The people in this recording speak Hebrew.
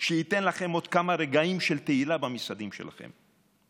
שייתן לכם עוד כמה רגעים של תהילה במשרדים שלכם.